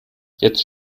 jetzt